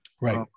Right